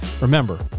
remember